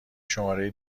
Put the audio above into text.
شماره